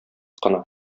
кына